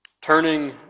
turning